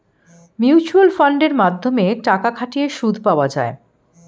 mutual ফান্ডের মাধ্যমে টাকা খাটিয়ে সুদ পাওয়া যায়